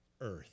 earth